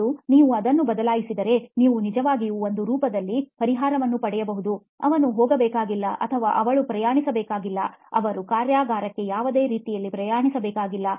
ಮತ್ತು ನೀವು ಅದನ್ನು ಬದಲಾಯಿಸಿದರೆ ನೀವು ನಿಜವಾಗಿಯೂ ಒಂದು ರೂಪದಲ್ಲಿ ಪರಿಹಾರವನ್ನು ಪಡೆಯಬಹುದು ಅವನು ಹೋಗಬೇಕಾಗಿಲ್ಲ ಅಥವಾ ಅವಳು ಪ್ರಯಾಣಿಸಬೇಕಾಗಿಲ್ಲ ಅವರು ಕಾರ್ಯಾಗಾರಕ್ಕೆ ಯಾವದೇ ರೀತಿಯಲ್ಲಿ ಪ್ರಯಾಣಿಸಬೇಕಾಗಿಲ್ಲ